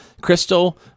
crystal